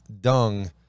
dung